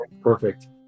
Perfect